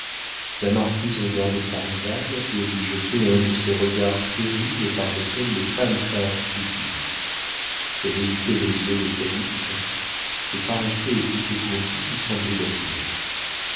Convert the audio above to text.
la marquise regardait sa rivale et lui jetait un de ces regards terribles par lesquels les femmes savent tout dire elle évitait les yeux de calyste et paraissait écouter conti qui semblait badiner